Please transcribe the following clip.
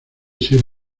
ser